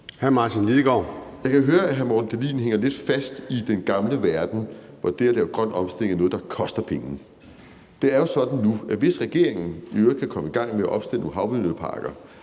Martin Lidegaard (RV): Jeg kan høre, at Morten Dahlin hænger lidt fast i den gamle verden, hvor det at lave grøn omstilling er noget, der koster penge. Det er jo sådan nu, at hvis regeringen i øvrigt kan komme i gang med at opstille nogle havvindmølleparker